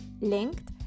linked